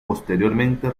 posteriormente